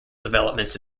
developments